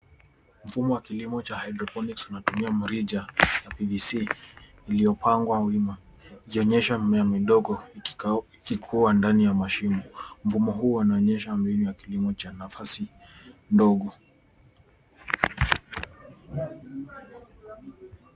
Mfumo wa kilimo cha hydroponics unatumia mrija wa PVC iliyopangwa wima ikionyesha mimea midogo ikikua ndani ya mashimo. Mfumo huu unaonyesha kilimo cha nafasi ndogo.